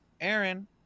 Aaron